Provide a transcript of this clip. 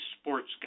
sports